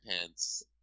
pants